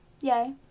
Yay